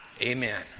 amen